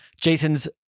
Jason's